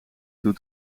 toe